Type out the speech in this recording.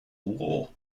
war